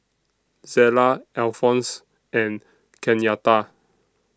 Zella Alphonse and Kenyatta